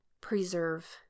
preserve